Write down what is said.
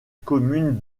commune